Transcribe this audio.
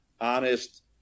honest